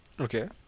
Okay